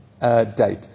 date